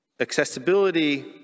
accessibility